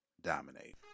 dominate